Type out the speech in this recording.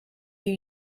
you